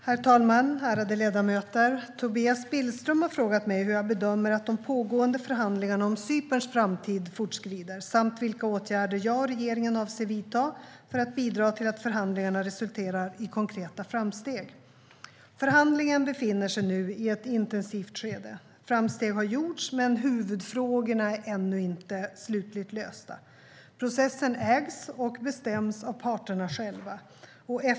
Herr talman! Ärade ledamöter! Tobias Billström har frågat mig hur jag bedömer att de pågående förhandlingarna om Cyperns framtid fortskrider samt vilka åtgärder jag och regeringen avser att vidta för att bidra till att förhandlingarna resulterar i konkreta framsteg. Förhandlingen befinner sig nu i ett intensivt skede. Framsteg har gjorts, men huvudfrågorna är ännu inte slutligt lösta. Processen ägs och bestäms av parterna själva.